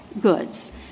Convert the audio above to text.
goods